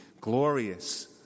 glorious